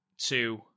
two